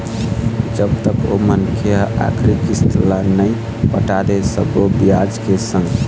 जब तक ओ मनखे ह आखरी किस्ती ल नइ पटा दे सब्बो बियाज के संग